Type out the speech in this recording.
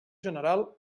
general